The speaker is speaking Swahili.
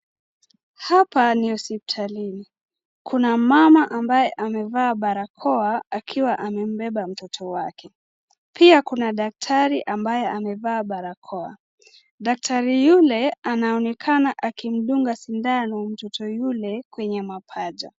Hapa ni hospitalini, kuna mama ambaye amevaa barakoa akiwa amembeba mtoto wake, pia kuna daktari ambaye amevaa barakoa. Daktari yule anaonekana akimdunga sindano mtoto yule kwenye mapaja.